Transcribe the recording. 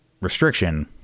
restriction